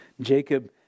Jacob